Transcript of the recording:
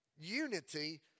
unity